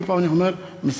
אני אומר שוב,